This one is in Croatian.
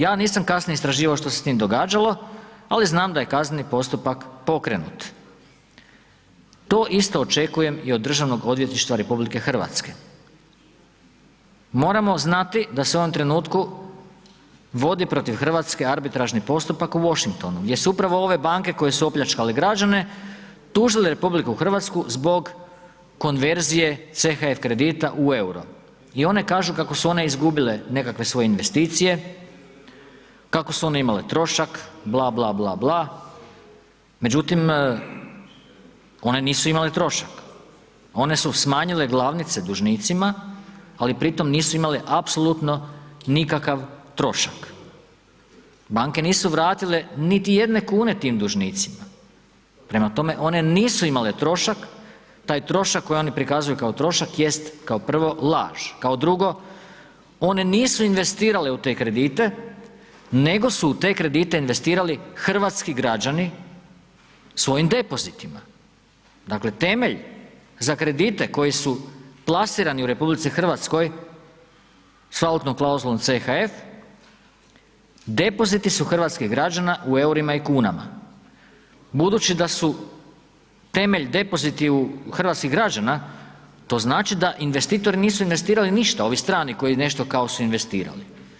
Ja nisam kasnije istraživao što se s tim događalo, ali znam da je kazneni postupak pokrenut, to isto očekujem i od DORH-a, moramo znati da se u ovom trenutku vodi protiv RH arbitražni postupak u Washingtonu gdje su upravo ove banke koje su opljačkale građane tužile RH zbog konverzije CHF kredita u EUR-o i one kažu kako su one izgubile nekakve svoje investicije, kako su one imale trošak, bla, bla, bla, bla, međutim one nisu imale trošak, one su smanjile glavnice dužnicima, ali pri tom nisu imale apsolutno nikakav trošak, banke nisu vratile niti jedne kune tim dužnicima, prema tome one nisu imale trošak, taj trošak koje oni prikazuju kao trošak jest kao prvo laž, kao drugo, one nisu investirale u te kredite, nego su u te kredite investirali hrvatski građani svojim depozitima, dakle temelj za kredite koji su plasirani u RH s valutnom klauzulom CHF depoziti su hrvatskih građana u EUR-ima i kunama, budući da su temelj depoziti hrvatskih građana, to znači da investitori nisu investirali ništa, ovi strani koji nešto kao su investirali.